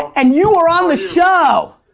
and you are on the show.